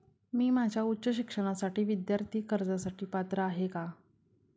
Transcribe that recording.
मी माझ्या उच्च शिक्षणासाठी विद्यार्थी कर्जासाठी पात्र आहे का?